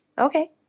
Okay